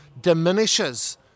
diminishes